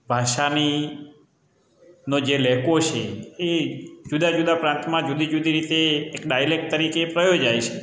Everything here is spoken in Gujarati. ભાષાની નોજે લેહકો છે એ જુદા જુદા પ્રાંતમાં જુદી જુદી રીતે એક ડાયલેક તરીકે પ્રયોજાય છે